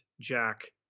Jack